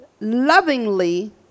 lovingly